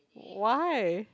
why